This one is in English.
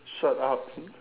shut up